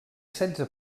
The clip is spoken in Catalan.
setze